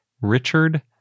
Richard